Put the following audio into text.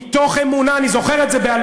אז למה, "מתוך אמונה" אני זוכר את זה בעל-פה.